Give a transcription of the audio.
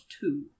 two